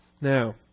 Now